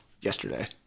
yesterday